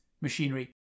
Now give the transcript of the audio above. machinery